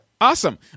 Awesome